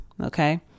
okay